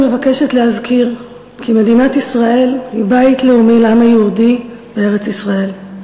אני מבקשת להזכיר כי מדינת ישראל היא בית לאומי לעם היהודי בארץ-ישראל,